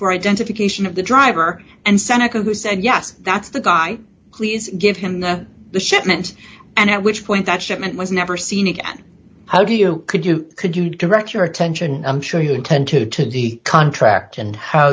for identification of the driver and seneca who said yes that's the guy please give him the the shipment and at which point that shipment was never seen again how do you could you could you direct your attention i'm sure you intended to the contract and how